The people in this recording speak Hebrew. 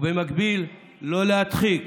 ובמקביל לא להדחיק